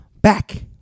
back